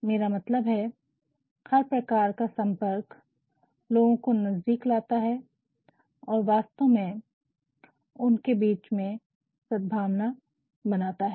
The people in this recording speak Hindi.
मेरा मतलब है हर प्रकार का संपर्क लोगो को नज़दीक लाता है और वास्तव में उनके बीच सदभावना बनाता है